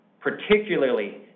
particularly